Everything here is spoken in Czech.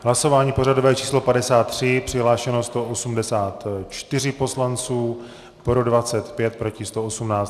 Hlasování pořadové číslo 53, přihlášeno 184 poslanců, pro 25, proti 118.